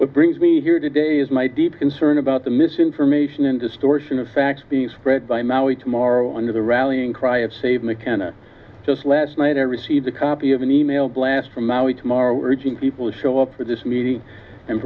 what brings me here today is my deep concern about the misinformation and distortion of facts the spread by maori tomorrow and the rallying cry of save mckenna just last night i received a copy of an email blast from our tomorrow urging people to show up for this mee